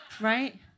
Right